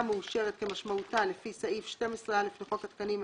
מאושרת כמשמעותה לפי סעיף 12(א) לחוק התקנים,